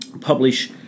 publish